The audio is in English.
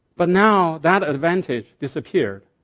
but now that advantage disappear.